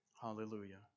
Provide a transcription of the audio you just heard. Hallelujah